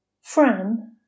Fran